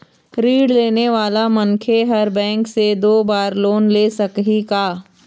ऋण लेने वाला मनखे हर बैंक से दो बार लोन ले सकही का?